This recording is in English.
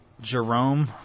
Jerome